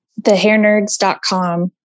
Thehairnerds.com